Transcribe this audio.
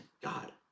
God